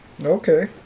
Okay